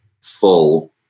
full